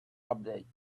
updates